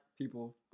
people